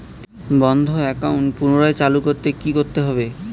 বন্ধ একাউন্ট পুনরায় চালু করতে কি করতে হবে?